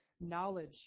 knowledge